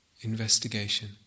investigation